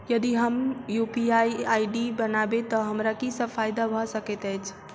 यदि हम UPI ID बनाबै तऽ हमरा की सब फायदा भऽ सकैत अछि?